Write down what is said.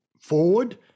forward